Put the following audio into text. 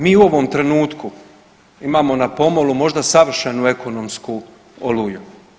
Mi u ovom trenutku imamo na pomolu možda savršenu ekonomsku oluju.